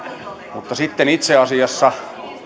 mutta sitten itse asiassa